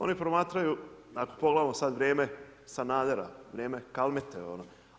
Oni promatraju, ako pogledamo sad vrijeme Sanadera, vrijeme Kalmete.